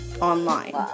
online